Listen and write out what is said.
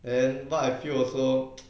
and but I feel also